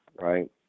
right